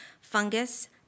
fungus